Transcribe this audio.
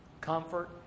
comfort